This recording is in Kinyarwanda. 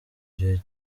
gihe